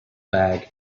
bag